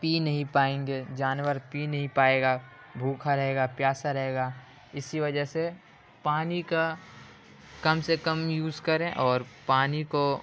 پی نہیں پائیں گے جانور پی نہیں پائے گا بھوکا رہے گا پیاسا رہے گا اسی وجہ سے پانی کا کم سے کم یوز کریں اور پانی کو